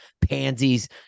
pansies